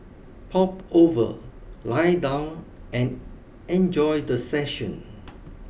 pop over lie down and enjoy the session